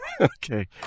Okay